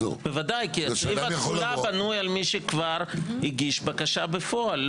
כי סעיף התחולה בנוי על מי שהגיש בקשה בפועל.